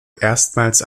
erstmals